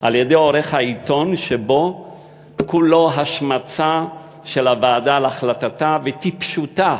על-ידי עורך העיתון שכולו השמצה של הוועדה על החלטתה וטיפשותה,